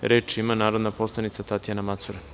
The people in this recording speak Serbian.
Reč ima narodna poslanica Tatjana Macura.